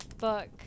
Book